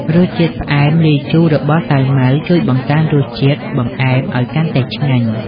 រសជាតិផ្អែមលាយជូររបស់សាវម៉ាវជួយបង្កើនរសជាតិបង្អែមឱ្យកាន់តែឆ្ងាញ់។